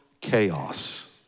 chaos